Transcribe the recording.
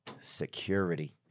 security